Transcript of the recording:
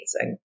amazing